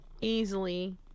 easily